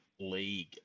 League